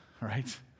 right